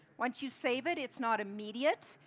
once you save it, it's not immediate.